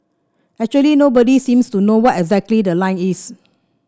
actually nobody seems to know what exactly the line is